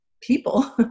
people